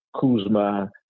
Kuzma